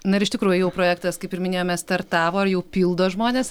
na ir iš tikrųjų jau projektas kaip ir minėjome startavo ar jau pildo žmonės